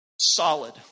Solid